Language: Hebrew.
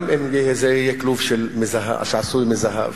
גם אם זה יהיה כלוב שעשוי מזהב